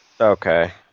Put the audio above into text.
Okay